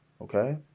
okay